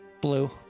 Blue